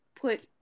put